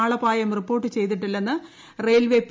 ആളപായമെന്നും report ചെയ്തിട്ടില്ലെന്ന് railway P